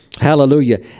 Hallelujah